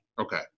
Okay